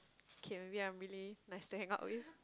okay I'm really nice to hang out with